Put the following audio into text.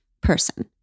person